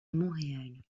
montréal